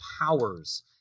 powers